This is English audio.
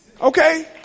Okay